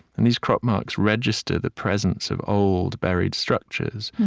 and these crop marks register the presence of old buried structures,